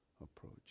approach